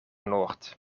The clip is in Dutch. noord